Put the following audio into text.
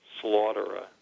slaughterer